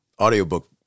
audiobook